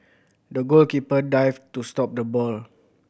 the goalkeeper dived to stop the ball